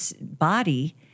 body